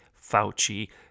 Fauci